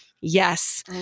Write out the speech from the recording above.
Yes